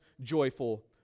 joyful